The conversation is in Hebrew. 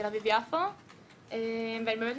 אדוני היושב-ראש,